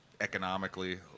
economically